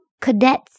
cadets